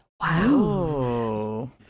Wow